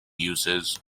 uses